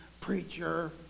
preacher